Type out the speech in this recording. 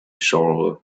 genre